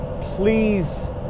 please